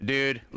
Dude